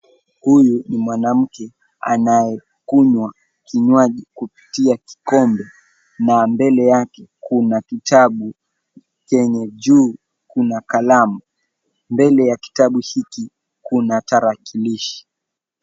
Huyu ni mwanamke anayekunywa kinywaji kupitia kikombe na mbele yake kuna kitabu yenye juu kuna kalamu. Mbele ya kitabu hiki kuna tarakilishi.